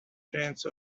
chance